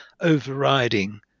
overriding